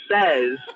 says